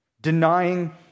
denying